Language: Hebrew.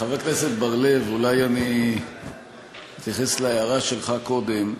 חבר הכנסת בר-לב, אולי אני אתייחס להערה שלך קודם.